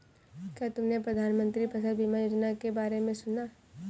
क्या तुमने प्रधानमंत्री फसल बीमा योजना के बारे में सुना?